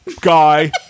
guy